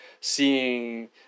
seeing